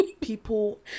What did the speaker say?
people